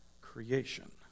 creation